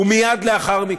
ומייד לאחר מכן,